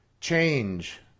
change